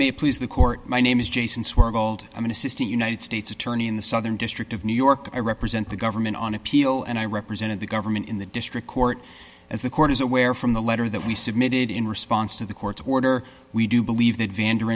may please the court my name is jason swer gold i'm an assistant united states attorney in the southern district of new york i represent the government on appeal and i represented the government in the district court as the court is aware from the letter that we submitted in response to the court's order we do believe that vand